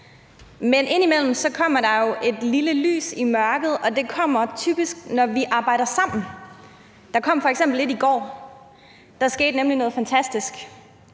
Men indimellem kommer der jo er et lille lys i mørket, og det kommer typisk, når vi arbejder sammen. Der kom f.eks. et i går. Der skete nemlig noget fantastisk.